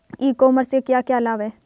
ई commerce से क्या क्या लाभ हैं?